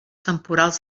temporals